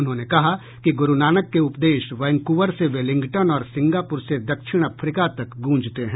उन्होंने कहा कि गूरु नानक के उपदेश वैंकूवर से वेलिंगटन और सिंगापुर से दक्षिण अफ्रीका तक गूंजते हैं